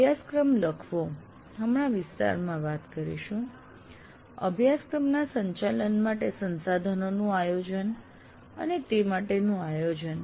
અભ્યાસક્રમ લખવો હમણાં વિસ્તારમાં વાત કરીશું અભ્યાસક્રમના સંચાલન માટે સંસાધનોનું આયોજન અને તે માટેનું આયોજન